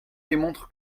démontre